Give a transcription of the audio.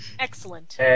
Excellent